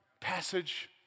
passage